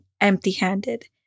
empty-handed